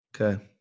Okay